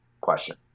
question